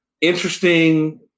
interesting